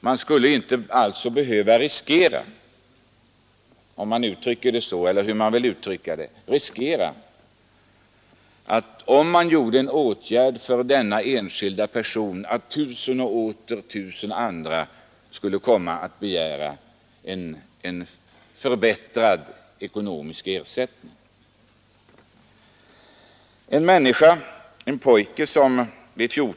Man skulle alltså inte behöva riskera — om man nu vill uttrycka sig så — att tusen och åter tusen personer skulle komma att begära en förbättrad ekonomisk ersättning om man vidtog en åtgärd för att hjälpa denna enskilda person.